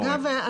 אגב,